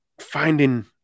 finding